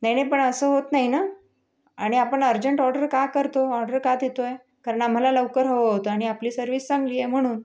नाही नाही पण असं होत नाही ना आणि आपण अर्जंट ऑर्डर का करतो ऑर्डर का देतो आहे कारण आम्हाला लवकर हवं होतं आणि आपली सर्विस चांगली आहे म्हणून